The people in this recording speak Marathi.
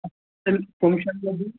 ल फंक्षन ला